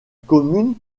commune